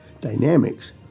dynamics